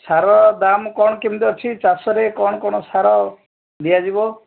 ସାର ଦାମ୍ କ'ଣ କେମିତି ଅଛି ଚାଷରେ କ'ଣ କ'ଣ ସାର ଦିଆଯିବ